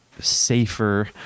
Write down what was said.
safer